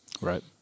Right